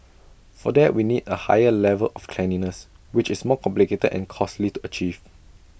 for that we need A higher level of cleanliness which is more complicated and costly to achieve